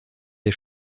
des